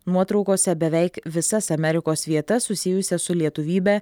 nuotraukose beveik visas amerikos vietas susijusias su lietuvybe